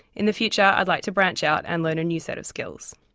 in the future i'd like to branch out and learn a new set of skills.